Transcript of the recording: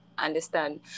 understand